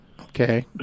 Okay